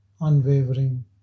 unwavering